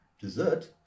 dessert